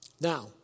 Now